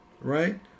Right